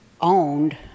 owned